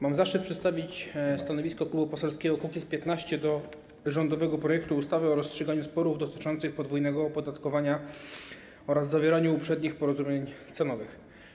Mam zaszczyt przedstawić stanowisko Klubu Poselskiego Kukiz’15 wobec rządowego projektu ustawy o rozstrzyganiu sporów dotyczących podwójnego opodatkowania oraz zawieraniu uprzednich porozumień cenowych.